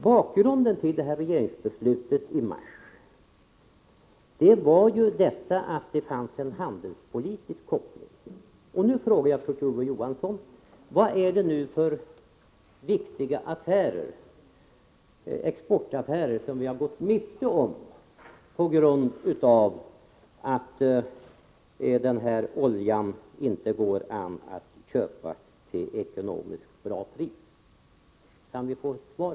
Bakgrunden till regeringsbeslutet i mars var ju att det fanns en handelspolitisk koppling, och nu frågar jag: Vad är det för viktiga exportaffärer som vi har gått miste om på grund av att den här oljan inte går att köpa till ett ekonomiskt bra pris? Kan vi få ett svar?